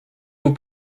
vous